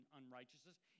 unrighteousness